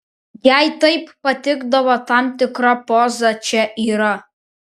jai taip patikdavo tam tikra poza čia yra